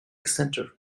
centre